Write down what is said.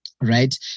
right